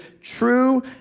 true